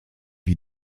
wie